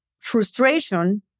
frustration